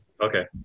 Okay